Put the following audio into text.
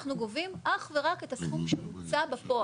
אנחנו גובים אך ורק את הסכום שבוצע בפועל.